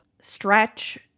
Stretch